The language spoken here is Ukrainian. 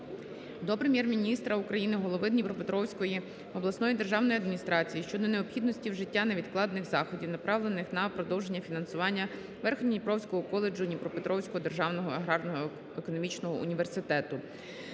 до Прем'єр-міністра України, голови Дніпропетровської обласної державної адміністрації щодо необхідності вжиття невідкладних заходів, направлених на продовження фінансування Верхньодніпровського коледжу Дніпропетровського державного аграрно-економічного університету.